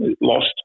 lost